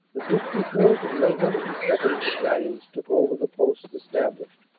the fifty fourth. and one hundred and second. battalions took over the posts established.